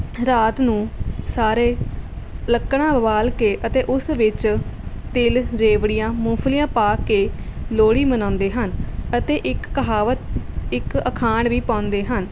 ਰਾਤ ਨੂੰ ਸਾਰੇ ਲੱਕੜਾਂ ਬਾਲ ਕੇ ਅਤੇ ਉਸ ਵਿਚ ਤਿਲ ਰੇਵੜੀਆਂ ਮੂੰਗਫਲੀਆਂ ਪਾ ਕੇ ਲੋਹੜੀ ਮਨਾਉਂਦੇ ਹਨ ਅਤੇ ਇੱਕ ਕਹਾਵਤ ਇੱਕ ਅਖਾਣ ਵੀ ਪਾਉਂਦੇ ਹਨ